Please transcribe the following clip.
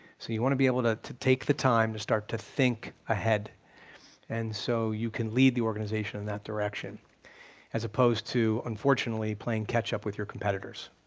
so you want to be able to to take the time to start to think ahead and so you can lead the organization in that direction as opposed to, unfortunately, playing catch up with your competitors,